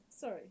Sorry